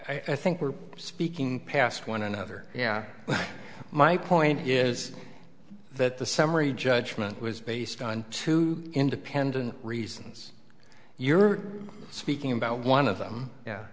sorry i think we're speaking past one another yeah but my point is that the summary judgment was based on two independent reasons you're speaking about one of them yeah